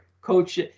coach